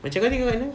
macam mana kau eh